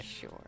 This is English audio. Sure